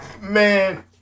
Man